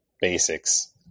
basics